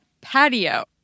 patio